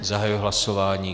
Zahajuji hlasování.